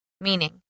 Meaning